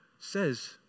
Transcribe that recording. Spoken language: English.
says